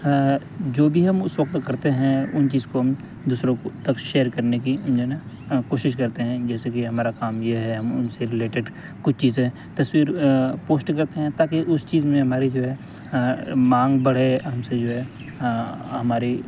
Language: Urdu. جو بھی ہے ہم اس وقت کرتے ہیں ان چیز کو ہم دوسروں تک شیئر کرنے کی کوشش کرتے ہیں جیسے کہ ہمارا کام یہ ہے ہم ان سے ریلیٹیڈ کچھ چیزیں تصویر پوسٹ کرتے ہیں تاکہ اس چیز میں ہماری جو ہے مانگ بڑھے ہم سے جو ہے ہماری